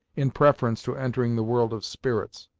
in preference to entering the world of spirits,